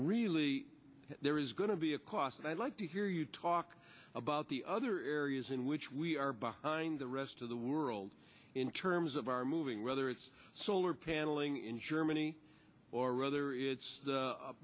really there is going to be a cost and i'd like to hear you talk about the other areas in which we are behind the rest of the world in terms of our moving whether it's solar panel ing in germany or rather it's